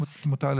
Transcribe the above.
נכון.